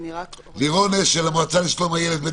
לירון אשל, המועצה לשלום הילד.